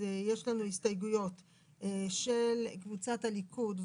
יש לנו הסתייגויות של קבוצת הליכוד,